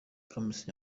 kamichi